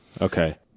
Okay